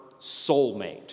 soulmate